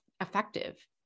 effective